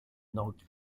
nogi